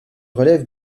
relèvent